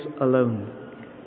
alone